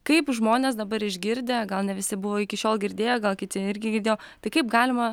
kaip žmonės dabar išgirdę gal ne visi buvo iki šiol girdėję gal kiti irgi girdėjo tai kaip galima